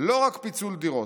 לא רק פיצול דירות,